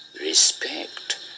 respect